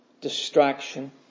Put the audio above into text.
distraction